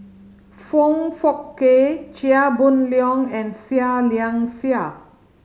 Foong Fook Kay Chia Boon Leong and Seah Liang Seah